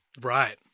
right